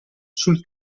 sul